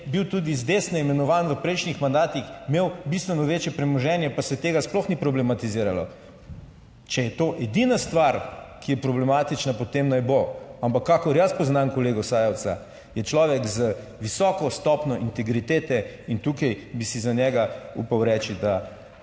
bil tudi z desne imenovan, v prejšnjih mandatih imel bistveno večje premoženje, pa se tega sploh ni problematiziralo. Če je to edina stvar, ki je problematična, potem naj bo, ampak kakor jaz poznam kolega Sajovica, je človek z visoko stopnjo integritete. In tukaj bi si za njega upal reči, da